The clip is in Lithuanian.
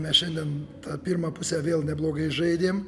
mes šiandien tą pirmą pusę vėl neblogai žaidėm